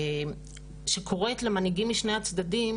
שקוראת למנהיגים משני הצדדים,